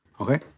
Okay